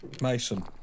Mason